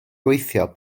gweithio